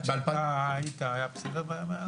אז, שאתה היית, היה בסדר בימים ההם?